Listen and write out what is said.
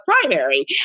primary